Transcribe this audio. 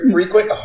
Frequent